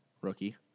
rookie